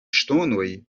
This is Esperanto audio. ŝtonoj